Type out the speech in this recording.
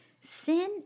Sin